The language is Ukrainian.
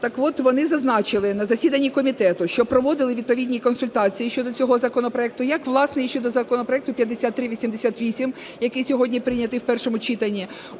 так от, вони зазначили на засіданні комітету, що проводили відповідні консультації щодо цього законопроекту, як, власне, і щодо законопроекту 5388, який сьогодні прийнятий у першому читанні.